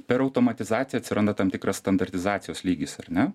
per automatizaciją atsiranda tam tikras standartizacijos lygis ar ne